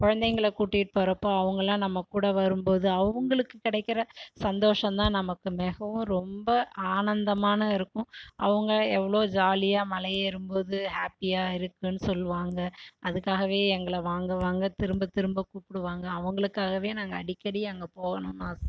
குழந்தைங்களை கூட்டிகிட்டு போகிறப்போ அவங்களாம் நம்ம கூட வரும் போது அவங்களுக்கு கிடைக்கிற சந்தோஷம் தான் நமக்கு மிகவும் ரொம்ப ஆனந்தமான இருக்கும் அவங்க எவ்வளோ ஜாலியாக மலை ஏறும்போது ஹாப்பியாக இருக்குன்னு சொல்லுவாங்க அதுக்காகவே எங்களை வாங்க வாங்க திரும்ப திரும்ப கூப்பிடுவாங்க அவங்களுக்காகவே நாங்கள் அடிக்கடி அங்கே போகணுன்னு ஆசை